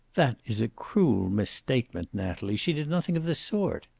that is a cruel misstatement, natalie. she did nothing of the sort.